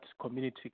community